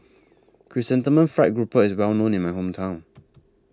Chrysanthemum Fried Grouper IS Well known in My Hometown